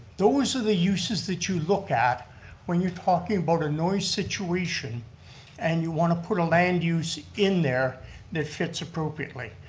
those are the uses that you look at when you're talking about a noise situation and you want to put a land use in there that fits appropriately.